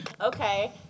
Okay